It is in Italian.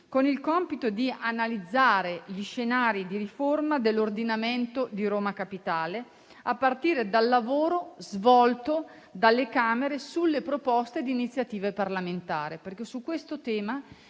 con il compito di analizzare gli scenari di riforma dell'ordinamento di Roma Capitale, a partire dal lavoro svolto dalle Camere sulle proposte di iniziativa parlamentare.